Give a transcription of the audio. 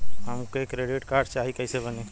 हमके credit card चाही कैसे बनी?